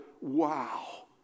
wow